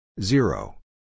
zero